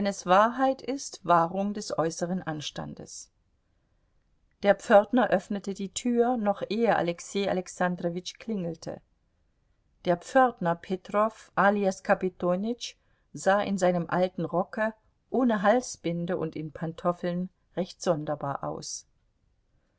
wahrheit ist wahrung des äußeren anstandes der pförtner öffnete die tür noch ehe alexei alexandrowitsch klingelte der pförtner petrow alias kapitonütsch sah in seinem alten rocke ohne halsbinde und in pantoffeln recht sonderbar aus